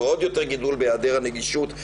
ועוד יותר גידול בהיעדר הנגישות,